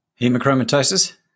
Hemochromatosis